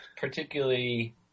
particularly